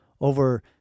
over